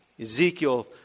Ezekiel